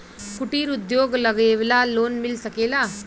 कुटिर उद्योग लगवेला लोन मिल सकेला?